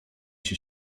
się